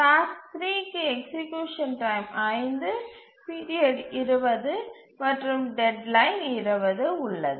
task 3 க்கு execution time 5 period 20 மற்றும் deadline 20 உள்ளது